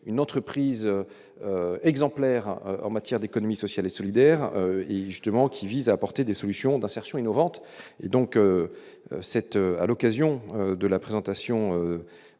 une entreprise exemplaire en matière d'économie sociale et solidaire, il justement qui vise à apporter des solutions d'insertion innovante, et donc cette à l'occasion de la présentation